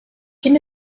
can